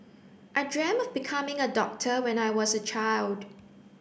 I dreamt of becoming a doctor when I was a child